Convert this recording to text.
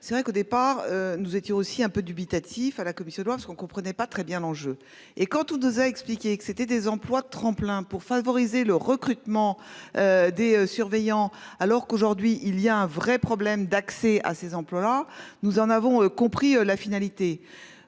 C'est vrai qu'au départ, nous étions aussi un peu dubitatif. À la Commission doit parce qu'on comprenait pas très bien l'enjeu. Et quand tous deux a expliqué que c'était des emplois-, tremplin pour favoriser le recrutement. Des surveillants alors qu'aujourd'hui il y a un vrai problème d'accès à ces emplois. Nous en avons compris la finalité.